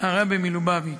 הרבי מלובביץ'